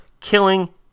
killing